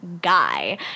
guy